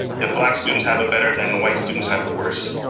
if black students have it better, then the white students have it worse.